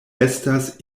estas